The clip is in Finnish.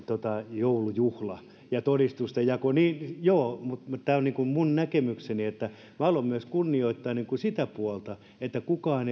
joulujuhla ja todistustenjako niin joo mutta tämä on minun näkemykseni minä haluan myös kunnioittaa sitä puolta että kukaan